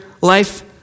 life